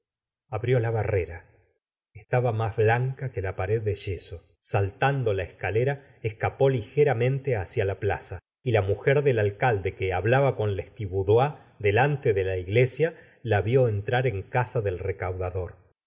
abrió la barrera estaba más blanca que la la s ora de bovary pared de yeso saltando la escalera escapó ligeramente hacia la plaza y la mujer del alcalde que hablaba con lestiboudois delante de la iglesia la vió entrar en casa del recaudador